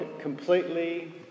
Completely